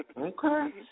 Okay